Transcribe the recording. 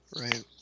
Right